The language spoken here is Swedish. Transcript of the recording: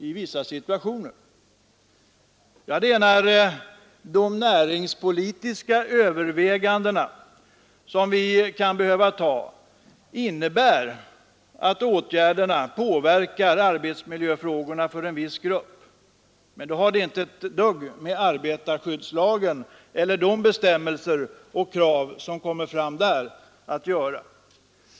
Jag delar uppfattningen att åtgärder föranledda av näringspolitiska överväganden kan påverka arbetsmiljöfrågorna för en viss grupp. Men då har det inte ett dugg med arbetarskyddslagen och dess krav att göra.